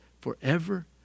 forever